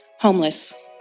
Homeless